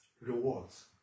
rewards